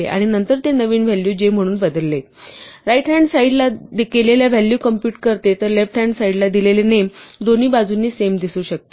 हे एक assignment statement आहे ही असाइनमेंट सर्व नेम ची करन्ट व्हॅल्यू दिल्यास राईट हॅन्ड साईड ला केलेल्या व्हॅल्यू कॉम्प्युट करते तर लेफ्ट हॅन्ड साईड ला दिलेले नेम दोन्ही बाजूंनी सेम दिसू शकते